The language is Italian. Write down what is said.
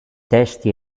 testi